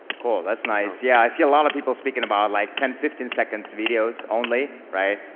cool, that's nice. yeah i see a lot of people speaking about like ten, fifteen seconds videos only right.